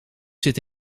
zit